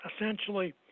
essentially